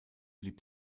blieb